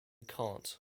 cant